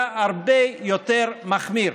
היה הרבה יותר מחמיר.